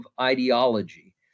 ideology